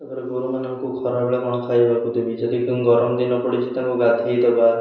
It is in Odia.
ତାଦିହରେ ଗୋରୁମାନଙ୍କୁ ଖରାବେେଳେ କ'ଣ ଖାଇବାକୁ ଦେବି ଯଦି ଗରମ ଦିନ ପଡ଼ିଛିି ତାଙ୍କୁ ଗାଧେଇଦବା